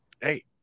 hey